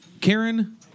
Karen